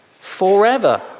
forever